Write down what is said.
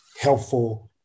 helpful